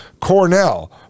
Cornell